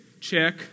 Check